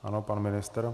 Ano, pan ministr.